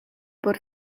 por